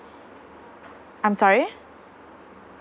I'm sorry